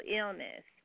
illness